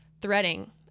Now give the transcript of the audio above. threading